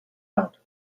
out